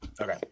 Okay